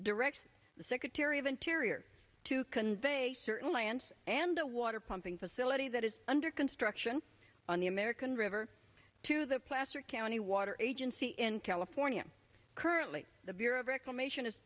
direct the secretary of interior to convey a certain land and the water pumping facility that is under construction on the american river to the placer county water agency in california currently the bureau of reclamation is